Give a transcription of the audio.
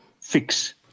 fix